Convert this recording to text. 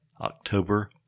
October